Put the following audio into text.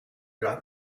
got